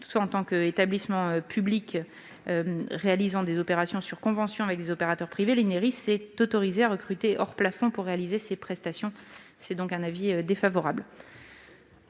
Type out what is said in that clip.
Toutefois, en tant qu'établissement public réalisant des opérations sur convention avec des opérateurs privés, l'Ineris est autorisé à recruter hors plafond pour réaliser ses prestations. C'est pourquoi l'avis